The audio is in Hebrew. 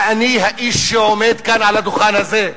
ואני האיש שעומד כאן על הדוכן הזה,